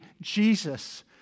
Jesus